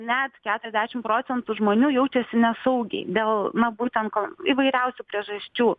net keturiasdešim procentų žmonių jaučiasi nesaugiai dėl na būtent ko įvairiausių priežasčių